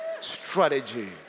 strategy